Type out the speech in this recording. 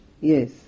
Yes